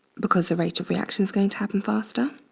because the rate of reaction is going to happen faster.